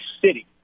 city